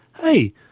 hey